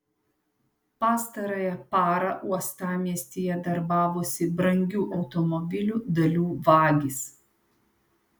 pastarąją parą uostamiestyje darbavosi brangių automobilių dalių vagys